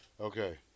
Okay